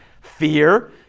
fear